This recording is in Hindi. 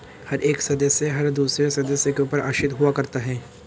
हर एक सदस्य हर दूसरे सदस्य के ऊपर आश्रित हुआ करता है